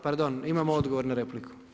Pardon, imamo odgovor na repliku.